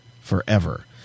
forever